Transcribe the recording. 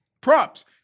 props